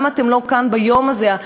למה אתם לא כאן ביום הזה,